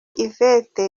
yvette